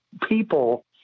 people